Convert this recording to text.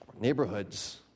neighborhoods